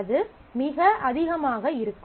அது மிக அதிகமாக இருக்கும்